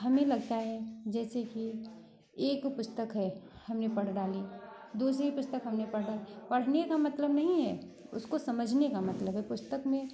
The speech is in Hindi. हमें लगता है जैसे कि एक स्तर है हमने पढ़ डाली दूसरी पुस्तक हम पढ़ी पढ़ने का मतलब नहीं है उसको समझने का मतलब है पुस्तक में कौन